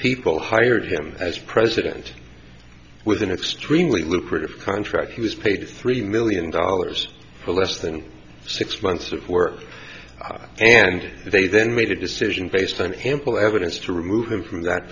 people hired him as president with an extremely lucrative contract he was paid three million dollars for less than six months of work and they then made a decision based on him full evidence to remove him from that